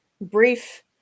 brief